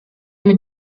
mit